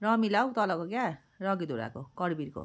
रमिला हौ तलको क्या रगि धुराको करबिरको